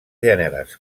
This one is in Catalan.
gèneres